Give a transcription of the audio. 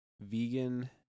vegan